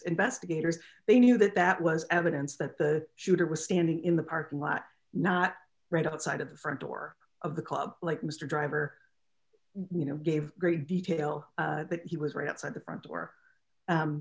investigators they knew that that was evidence that the shooter was standing in the parking lot not right outside of the front door of the club like mr driver you know gave great detail that he was right outside the front door